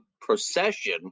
procession